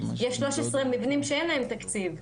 יש 13 מבנים שאין להם תקציב.